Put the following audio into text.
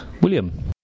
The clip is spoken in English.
William